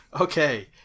Okay